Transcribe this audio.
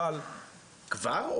אבל --- כבר,